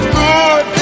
good